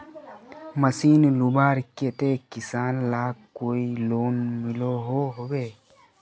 Machine लुबार केते किसान लाक कोई लोन मिलोहो होबे?